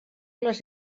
les